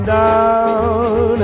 down